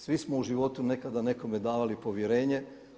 Svi smo u životu nekada nekome davali povjerenje.